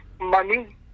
money